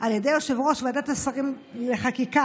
על ידי יושב-ראש ועדת השרים לחקיקה,